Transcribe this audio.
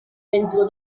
dentro